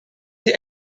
die